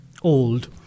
old